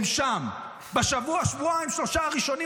בשבוע-שבועיים-שלושה הראשונים,